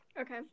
Okay